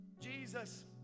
Jesus